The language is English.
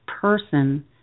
person